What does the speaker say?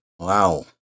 Wow